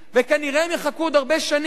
וכנראה הם יחכו עוד הרבה שנים".